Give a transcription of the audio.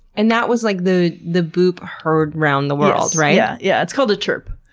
and that was like the the boop heard round the world, right? yeah yeah, it's called a chirp.